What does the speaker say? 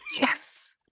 Yes